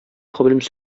problèmes